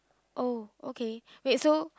oh okay wait so